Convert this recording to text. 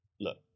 look